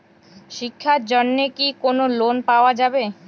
শিক্ষার জন্যে কি কোনো লোন পাওয়া যাবে?